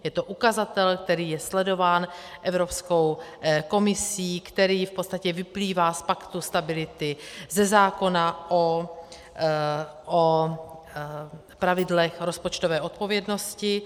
Je to ukazatel, který je sledován Evropskou komisí, který v podstatě vyplývá z paktu stability, ze zákona o pravidlech rozpočtové odpovědnosti.